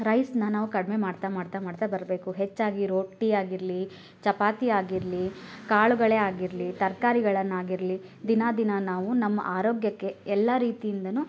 ರೈಸ್ನ ನಾವು ಕಡಿಮೆ ಮಾಡ್ತಾ ಮಾಡ್ತಾ ಮಾಡ್ತಾ ಬರಬೇಕು ಹೆಚ್ಚಾಗಿ ರೊಟ್ಟಿ ಆಗಿರಲಿ ಚಪಾತಿ ಆಗಿರಲಿ ಕಾಳುಗಳೇ ಆಗಿರಲಿ ತರ್ಕಾರಿಗಳನ್ನಾಗಿರಲಿ ದಿನಾ ದಿನಾ ನಾವು ನಮ್ಮ ಆರೋಗ್ಯಕ್ಕೆ ಎಲ್ಲಾ ರೀತಿಯಿಂದನು